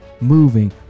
moving